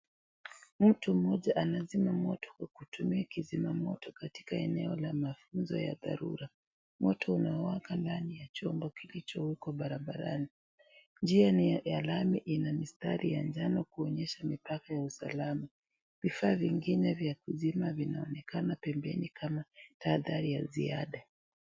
Mtu mmoja anazima moto kutumia kizima moto katika eneo la mafunzo ya dharura , moto unawaka ndani ya chombo kilichowekwa barabarani . Njia ni ya lami ina mistari ya njano kuonyesha mipaka ya usalama vifaa vingine vya kuzima vinaonekana pembeni kama taadhari ya ziada.